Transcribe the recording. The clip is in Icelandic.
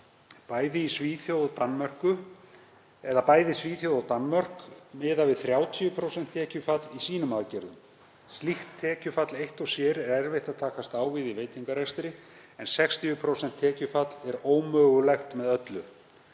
Bæði Svíþjóð og Danmörk miða við 30% tekjufall í aðgerðum sínum. Slíkt tekjufall eitt og sér er erfitt að takast á við í veitingarekstri en 60% tekjufall er ómögulegt með öllu.